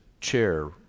chair